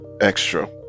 extra